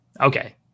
Okay